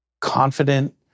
Confident